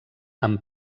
amb